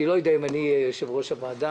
אני לא יודע אם אני אהיה יושב-ראש הוועדה.